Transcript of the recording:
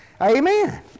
Amen